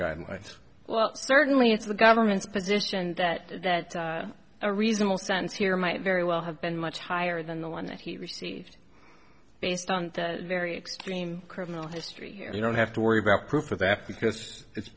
guidelines well certainly it's the government's position that that a reasonable sense here might very well have been much higher than the one that he received based on very extreme criminal history you don't have to worry about proof of that because it's